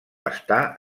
està